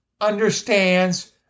understands